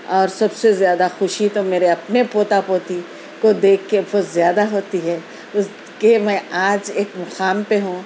اور سب سے زیادہ خوشی تو میرے اپنے پوتا پوتی کو دیکھ کے بہت زیادہ ہوتی ہے اس کے میں آج ایک مقام پہ ہوں